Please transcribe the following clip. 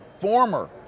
former